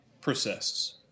persists